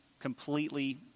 completely